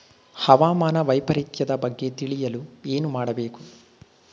ಹವಾಮಾನ ವೈಪರಿತ್ಯದ ಬಗ್ಗೆ ತಿಳಿಯಲು ಏನು ಮಾಡಬೇಕು?